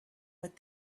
what